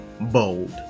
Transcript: Bold